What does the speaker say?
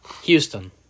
Houston